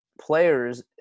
players